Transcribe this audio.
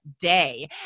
day